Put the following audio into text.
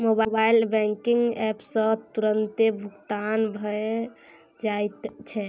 mobile banking app सँ तुरतें भुगतान भए जाइत छै